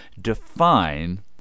define